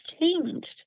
changed